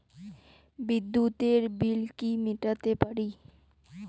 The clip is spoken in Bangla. বিদ্যুতের বিল কি মেটাতে পারি?